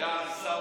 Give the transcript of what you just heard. היה שר,